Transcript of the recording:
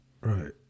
Right